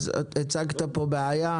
הצגת פה בעיה,